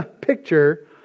picture